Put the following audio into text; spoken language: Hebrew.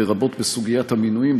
לרבות בסוגיית המינויים,